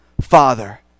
Father